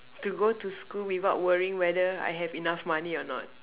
to go to school without worrying whether I have enough money or not